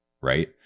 right